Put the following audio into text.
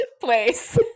place